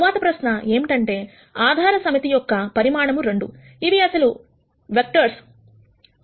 తర్వాత ప్రశ్న ఏమిటంటే ఆధార సమితి యొక్క పరిమాణం 2 ఏవి అసలు వెక్టర్స్